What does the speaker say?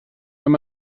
wenn